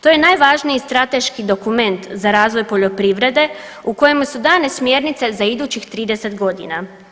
To je najvažniji strateški dokument za razvoj poljoprivrede u kojem su dane smjernice za idućih 30 godina.